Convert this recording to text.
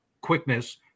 quickness